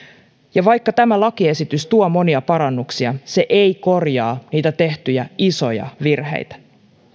ja vaikka tämä lakiesitys tuo monia parannuksia se ei korjaa tehtyjä isoja virheitä